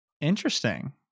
Interesting